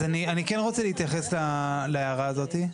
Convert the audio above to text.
אז אני כן רוצה להתייחס להערה הזאת.